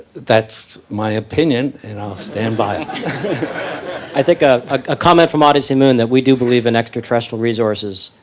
that's my opinion, and i'll stand by i think a ah comment from odyssey moon that we do believe in extraterrestrial resources,